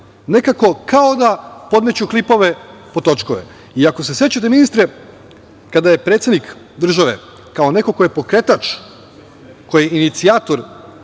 nekako kao da podmeću klipove pod točkove. Ako se sećate, ministre, kada je predsednik države kao neko ko je pokretač, ko je inicijator